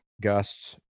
gusts